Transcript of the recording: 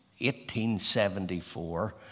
1874